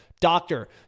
Doctor